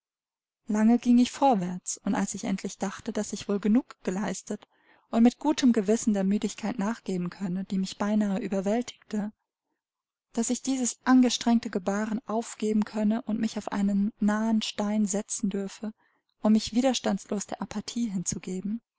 lange ging ich vorwärts und als ich endlich dachte daß ich wohl genug geleistet und mit gutem gewissen der müdigkeit nachgeben könne die mich beinahe überwältigte daß ich dieses angestrengte gebahren aufgeben könne und mich auf einen nahen stein setzen dürfe um mich widerstandslos der apathie hinzugeben